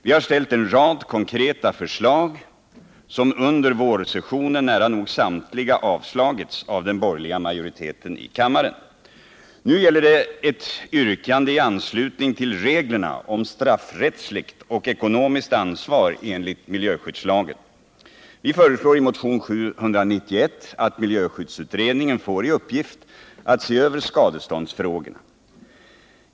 Vi har framställt en rad konkreta förslag, som nära nog samtliga avslogs under vårsessionen av den borgerliga majoriteten i kammaren. Nu gäller det ett yrkande i anslutning till reglerna om straffrättsligt och ekonomiskt ansvar enligt miljöskyddslagen. Vi föreslår i motionen 791 att miljöskyddsutredningen får i uppgift att se över skadeståndsfrågorna.